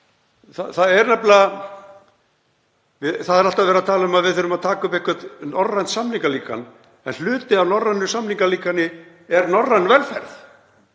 Það er alltaf verið að tala um að við þurfum að taka upp eitthvert norrænt samningalíkan en hluti af norrænu samningalíkani er norræn velferð.